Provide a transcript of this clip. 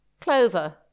Clover